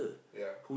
ya